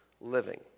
living